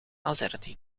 azerty